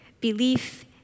belief